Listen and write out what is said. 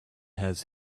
has